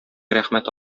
рәхмәт